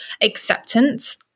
acceptance